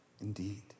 indeed